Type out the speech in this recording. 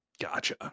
Gotcha